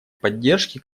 поддержки